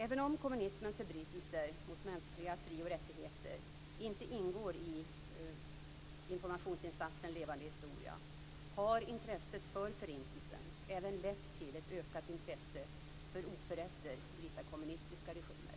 Även om kommunismens förbrytelser mot mänskliga fri och rättigheter inte ingår i informationsinsatsen Levande historia, har intresset för Förintelsen även lett till ett ökat intresse för oförrätter i vissa kommunistiska regimer.